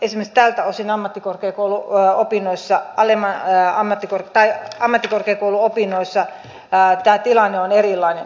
esimerkiksi tältä osin ammattikorkeakoulun opinnoissa oli me ohjaamme tai ammattikorkeakouluopinnoissa tämä tilanne on erilainen